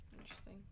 Interesting